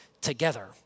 together